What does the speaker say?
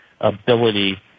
ability